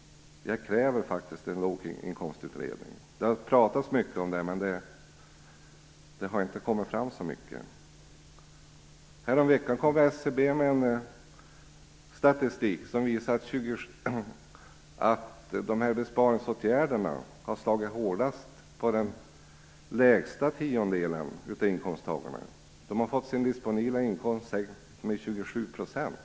Jag kräver faktiskt en låginkomstutredning. Det har pratats mycket om det, men inte särskilt mycket har kommit fram. Häromveckan kom SCB med statistik som visar att besparingsåtgärderna har slagit hårdast mot den tiondel av inkomsttagarna som har de lägsta inkomsterna. De har fått sin disponibla inkomst sänkt med 27 %.